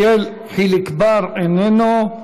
יחיאל חיליק בר, איננו,